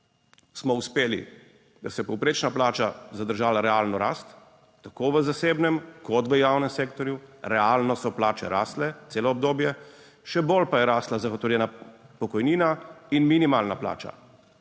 smo uspeli, da se je povprečna plača zadržala, realno rast tako v zasebnem kot v javnem sektorju, realno so plače rastle celo obdobje, še bolj pa je rasla zagotovljena pokojnina in minimalna plača.